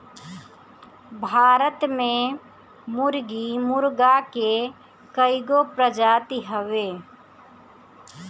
भारत में मुर्गी मुर्गा के कइगो प्रजाति हवे